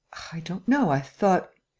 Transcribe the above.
i don't know. i thought.